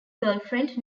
girlfriend